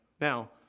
Now